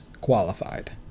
qualified